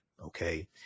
Okay